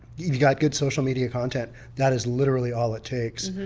you've got good social media content, that is literally all it takes.